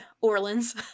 Orleans